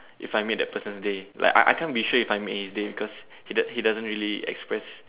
if I made that person's day like I I can't be sure if I made his day because he does he doesn't really express